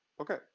okay